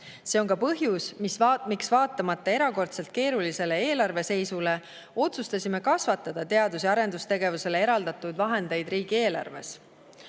See on ka põhjus, miks vaatamata erakordselt keerulisele eelarveseisule otsustasime kasvatada teadus‑ ja arendustegevusele eraldatud vahendeid riigieelarves.